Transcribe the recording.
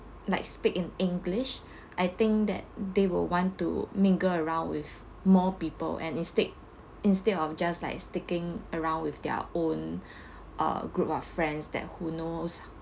like speak in english I think that they will want to mingle around with more people and instead instead of just like sticking around with their own uh group of friends that who knows